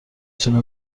تونه